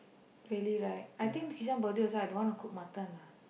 really right I think kishan birthday also I don't want to cook mutton lah